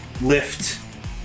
lift